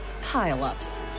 Pile-ups